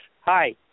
hi